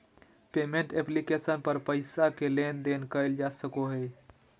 payment application पर पैसा के लेन देन कइल जा सको हइ